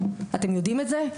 אתם יודעים את זה?